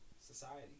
society